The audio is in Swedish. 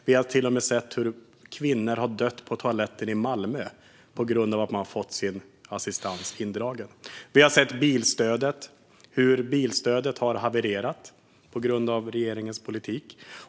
Vi har till och med sett hur kvinnor har dött på toaletten i Malmö på grund av att de fått sin assistans indragen. Vi har sett hur bilstödet har havererat på grund av regeringens politik.